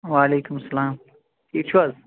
وعلیکُم اسلام ٹھیٖک چھِو حظ